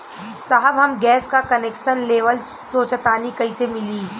साहब हम गैस का कनेक्सन लेवल सोंचतानी कइसे मिली?